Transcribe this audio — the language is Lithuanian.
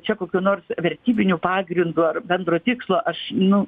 čia kokiu nors vertybiniu pagrindu ar bendro tikslo aš nu